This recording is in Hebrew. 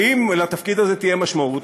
ואם לתפקיד הזה תהיה משמעות,